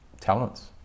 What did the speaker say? talents